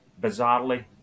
bizarrely